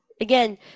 again